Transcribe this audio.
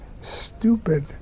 stupid